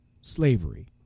slavery